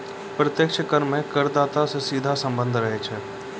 प्रत्यक्ष कर मे करदाता सं सीधा सम्बन्ध रहै छै